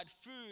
food